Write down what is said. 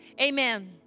Amen